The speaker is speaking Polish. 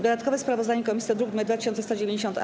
Dodatkowe sprawozdanie komisji to druk nr 2190-A.